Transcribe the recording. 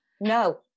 No